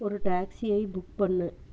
ஒரு டாக்ஸியை புக் பண்ணு